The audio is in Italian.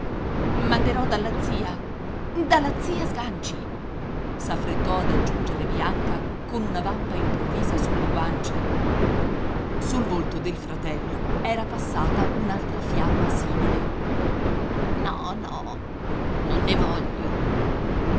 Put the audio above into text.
manderò dalla zia dalla zia sganci s'affrettò ad aggiungere bianca con una vampa improvvisa sulle guance sul volto del fratello era passata un'altra fiamma simile no no non ne voglio